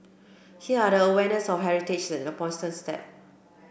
here the awareness of heritage is an important step